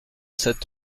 sept